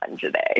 today